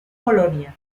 polonia